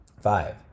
Five